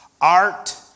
art